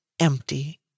empty